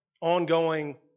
ongoing